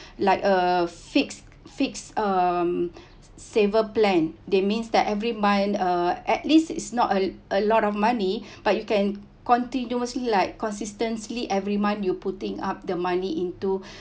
like a fixed fixed um saver plan that means that every month uh at least it's not a a lot of money but you can continuously like consistently every month you putting up the money into